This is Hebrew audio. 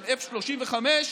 של F-35,